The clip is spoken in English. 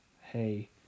hey